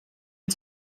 und